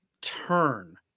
turn